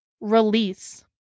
release